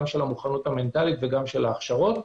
גם של המוכנות המנטלית וגם של ההכשרות,